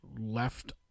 left